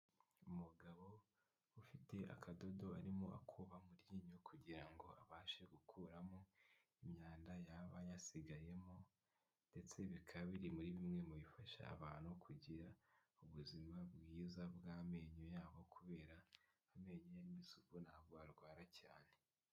Umugabo ufite akadodo arimo akuba mu ryinyo kugira ngo abashe gukuramo imyanda yaba yasigayemo ndetse bikaba biri muri bimwe mu bifasha abantu kugira ubuzima bwiza bw’amenyo yabo kubera amenyo y’isuku ntabwo arwara cyane.